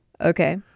Okay